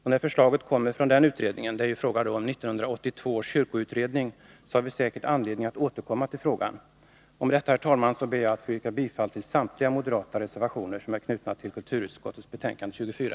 Och när förslagen kommer från den utredningen — det är fråga om 1982 års kyrkoutredning — så har vi säkert anledning att återkomma till frågan. Med detta, herr talman, ber jag att få yrka bifall till samtliga moderata reservationer som är fogade till kulturutskottets betänkande 24.